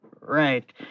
right